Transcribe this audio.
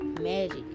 magic